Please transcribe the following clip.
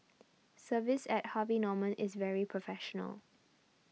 service at Harvey Norman is very professional